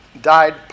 died